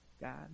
God